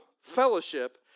fellowship